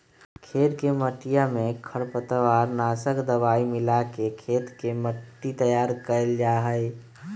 खेत के मटिया में खरपतवार नाशक दवाई मिलाके खेत के मट्टी तैयार कइल जाहई